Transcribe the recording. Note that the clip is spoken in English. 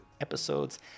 episodes